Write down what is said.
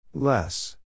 Less